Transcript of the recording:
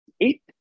Eight